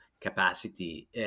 capacity